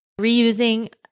Reusing